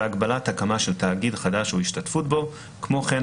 והגבלת הקמה של התאגיד חדש או השתתפות בו); כמו כן,